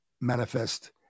manifest